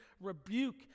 rebuke